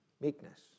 Meekness